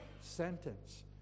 sentence